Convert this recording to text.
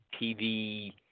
TV